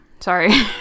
sorry